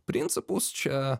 principus čia